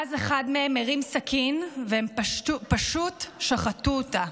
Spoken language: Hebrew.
ואז אחד מהם הרים סכין והם פשוט שחטו אותה.